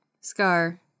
scar